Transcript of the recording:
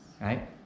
right